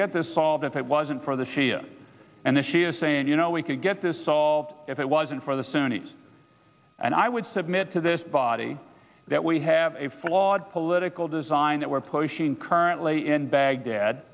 get this solved if it wasn't for the shia and the shia saying you know we could get this solved if it wasn't for the sunni's and i would submit to this body that we have a flawed political design that we're pushing currently in baghdad